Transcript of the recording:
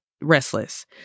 restless